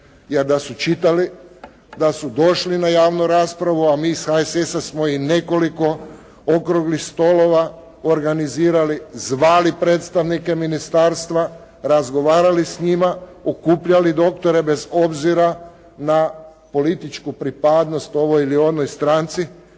jer da su čitali, da su došli na javnu raspravu, a mi iz HSS-a smo i nekoliko okruglih stolova organizirali, zvali predstavnike ministarstva, razgovarali s njima, okupljali doktore bez obzira na političku pripadnost ovoj ili onoj stranci